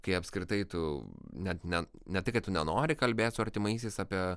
kai apskritai tu net ne ne tai kad tu nenori kalbėt su artimaisiais apie